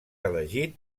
elegit